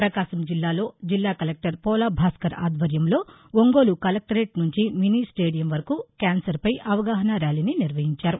ప్రకాశం జిల్లాలో జిల్లా కలెక్టర్ పోలా భాస్కర్ ఆధ్వర్యంలో ఒంగోలు కలెక్టరేట్ నుంచి మినీ స్టేడియం వరకు క్యాన్సర్ పై అవగాహనా ర్యాలీని నిర్వహించారు